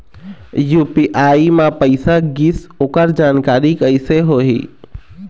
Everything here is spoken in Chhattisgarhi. यू.पी.आई म पैसा गिस ओकर जानकारी कइसे होही?